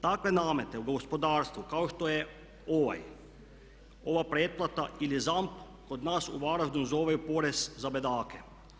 Takve namete gospodarstvu kao što je ovaj, ova pretplata ili ZAMP kod nas u Varaždinu zoveju „porez za bedake“